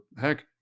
heck